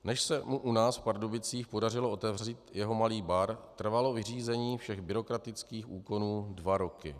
Než se mu u nás v Pardubicích podařilo otevřít jeho malý bar, trvalo vyřízení všech byrokratických úkonů dva roky.